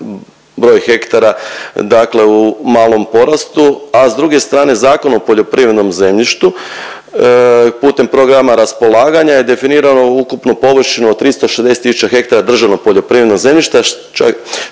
broj hektara dakle u malom porastu, a s druge strane, Zakon o poljoprivrednom zemljištu putem programa raspolaganja je definiralo ukupni površinu od 360 hektara državnog poljoprivrednog zemljišta,